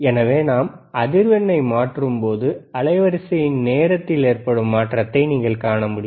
எனவே நாம் அதிர்வெண்ணை மாற்றும்போது அலைவரிசையின் நேரத்தில் ஏற்படும் மாற்றத்தை நீங்கள் காண முடியும்